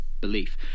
belief